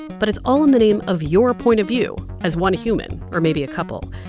but it's all in the name of your point of view as one human or maybe a couple.